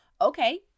Okay